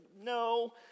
no